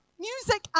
Music